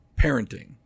parenting